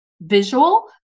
visual